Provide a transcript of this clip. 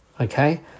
Okay